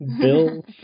Bill